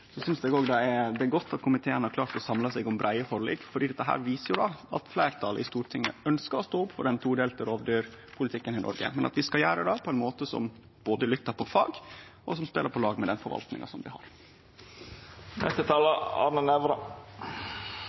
er godt at komiteen har klart å samle seg om breie forlik, for dette viser at fleirtalet i Stortinget ønskjer å stå opp for den todelte rovdyrpolitikken i Noreg, men vi skal gjere det på den måten at vi både lyttar til fag og spelar på lag med den forvaltninga som vi